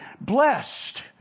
blessed